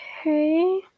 Okay